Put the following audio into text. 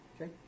Okay